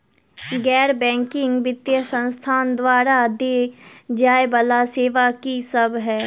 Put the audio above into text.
गैर बैंकिंग वित्तीय संस्थान द्वारा देय जाए वला सेवा की सब है?